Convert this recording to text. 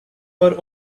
were